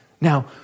Now